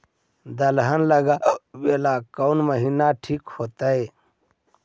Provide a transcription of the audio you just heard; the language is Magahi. दलहन लगाबेला कौन महिना ठिक होतइ?